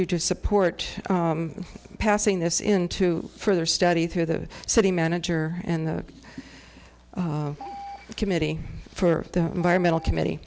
you to support passing this into further study through the city manager and the committee for the environmental committee